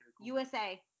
USA